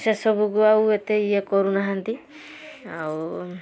ସେ ସବୁକୁ ଆଉ ଏତେ ଇଏ କରୁନାହାଁନ୍ତି ଆଉ